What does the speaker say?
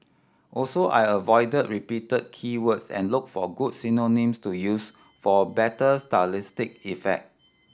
also I avoid repeated key words and look for good synonyms to use for better stylistic effect